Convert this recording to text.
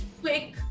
quick